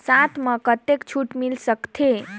साथ म कतेक छूट मिल सकथे?